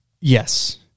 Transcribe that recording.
Yes